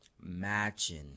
matching